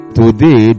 today